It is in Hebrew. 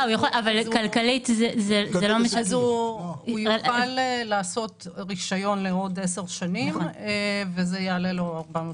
אז הוא יוכל לעשות רישיון לעוד 10 שנים וזה יעלה לו 438,